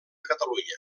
catalunya